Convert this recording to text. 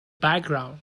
background